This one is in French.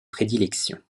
prédilection